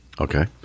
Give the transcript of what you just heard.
Okay